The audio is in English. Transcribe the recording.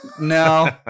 No